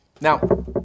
Now